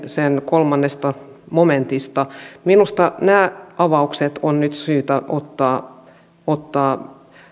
sen kolmannesta momentista minusta nämä avaukset on nyt syytä ottaa ottaa